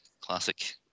classic